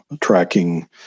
tracking